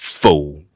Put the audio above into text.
Fool